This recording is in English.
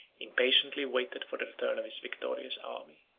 impatiently waited for the return of his victorious army.